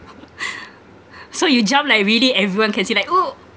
so you jump like really everyone can see like !woo!